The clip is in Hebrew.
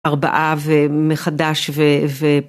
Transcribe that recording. ארבעה, ומחדש, ו...